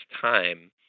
time